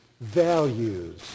values